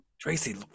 Tracy